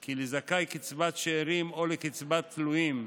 כי לזכאי לקצבת שארים או לקצבת תלויים,